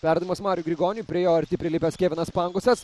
perdavimas mariui grigoniui prie jo arti prilipęs kevinas pangosas